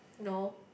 no